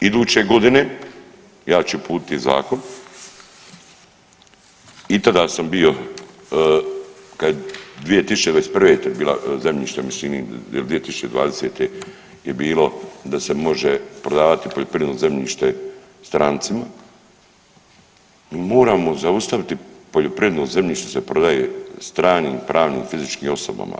Iduće godine ja ću uputiti zakon i tada sam bio, kad, 2021. je bila zemljište, mislim, 2020. je bilo da se može prodavati poljoprivredno zemljište strancima, mi moramo zaustaviti poljoprivredno zemljište da se prodaje stranim pravnim i fizičkim osobama.